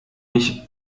mich